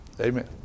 Amen